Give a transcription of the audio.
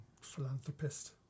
philanthropist